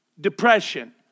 depression